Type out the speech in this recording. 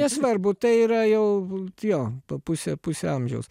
nesvarbu tai yra jau jo pusė pusė amžiaus